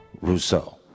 Rousseau